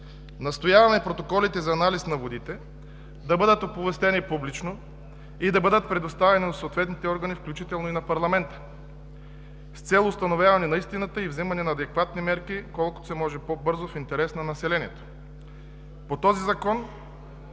Настояваме протоколите за анализ на водите да бъдат оповестени публично и да бъдат предоставени на съответните органи, включително и на парламента с цел установяване на истината и вземане на адекватни мерки колкото се може по-бързо в интерес на населението. По този закон